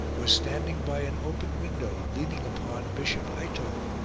was standing by an open window leaning upon bishop heitto,